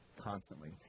constantly